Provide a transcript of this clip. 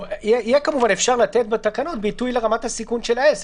יהיה כמובן אפשר לתת בתקנות ביטוי לרמת הסיכון של העסק.